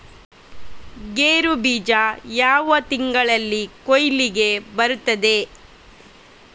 ಗೇರು ಬೀಜ ಯಾವ ತಿಂಗಳಲ್ಲಿ ಕೊಯ್ಲಿಗೆ ಬರ್ತದೆ?